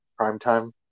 primetime